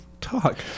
Talk